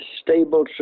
stable